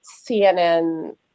CNN